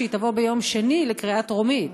שהיא תבוא ביום שני לקריאה טרומית.